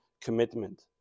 commitment